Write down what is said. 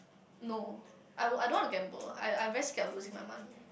no I would I don't wanna gamble I I very scared of losing my money